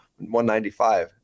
195